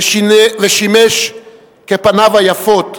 ושימש כפניו היפות,